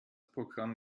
programm